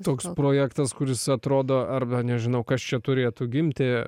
toks projektas kuris atrodo arba nežinau kas čia turėtų gimti